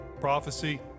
prophecy